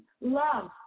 love